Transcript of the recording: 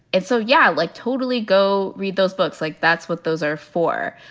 and so, yeah, like totally go read those books. like, that's what those are for.